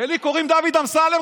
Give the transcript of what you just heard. ולי קוראים דוד אמסלם,